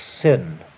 sin